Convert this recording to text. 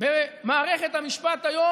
מותר לייצר תקופות צינון,